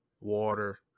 water